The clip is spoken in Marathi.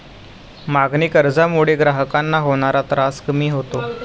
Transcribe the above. मागणी कर्जामुळे ग्राहकांना होणारा त्रास कमी होतो